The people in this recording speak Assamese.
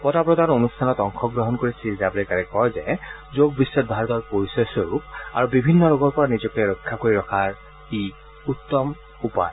বঁটা প্ৰদান অনুষ্ঠানত অংশগ্ৰহণ কৰি শ্ৰীজাৱড়েকাৰে কয় যে যোগ বিশ্বত ভাৰতৰ পৰিচয়স্বৰূপ আৰু বিভিন্ন ৰোগৰ পৰা নিজকে ৰক্ষা কৰি ৰখাৰ ই উত্তম আহিলা